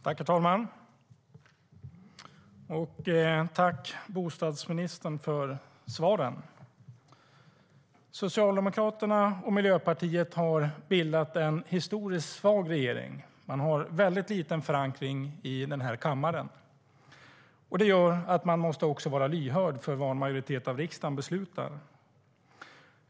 Herr talman! Tack, bostadsministern, för svaren! Socialdemokraterna och Miljöpartiet har bildat en historiskt svag regering. Den har väldigt liten förankring i den här kammaren. Det gör att man också måste vara lyhörd för vad en majoritet av riksdagen beslutar.